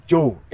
Joe